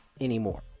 anymore